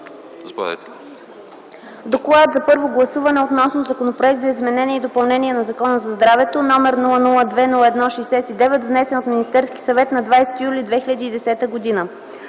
приеме на първо гласуване Законопроект за изменение и допълнение на Закона за здравето, № 002-01-69, внесен от Министерски съвет на 20 юли 2010 г.”.